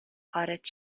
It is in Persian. خارج